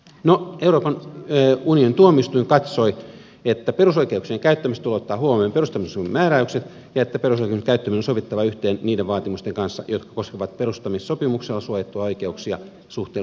no euroopan unionin tuomioistuin katsoi että perusoikeuksien käyttämisessä tulee ottaa huomioon perustamissopimuksen määräykset ja että perusoikeuksien käyttäminen on sovitettava yhteen niiden vaatimusten kanssa jotka koskevat perustamissopimuksella suojattuja oikeuksia suhteellisuusperiaatteen mukaisesti